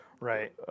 Right